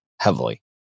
heavily